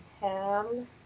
Ham